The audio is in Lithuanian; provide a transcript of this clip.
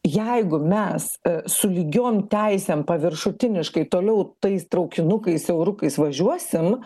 jeigu mes su lygiom teisėm paviršutiniškai toliau tais traukinukais siaurukais važiuosim